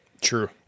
True